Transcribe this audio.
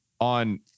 on